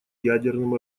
ядерным